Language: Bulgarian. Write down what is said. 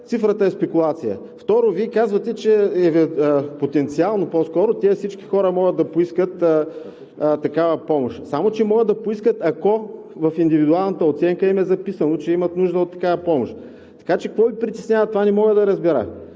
цифрата е спекулация. Второ, Вие казвате, че потенциално по-скоро всички хора могат да поискат такава помощ, само че могат да поискат, ако в индивидуалната оценка им е записано, че имат нужда от такава помощ, така че какво Ви пречи това, сега не мога да разбера.